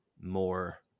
more